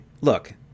look